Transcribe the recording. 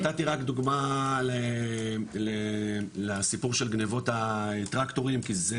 נתתי רק דוגמא לסיפור של גניבות הטרקטורים כי זה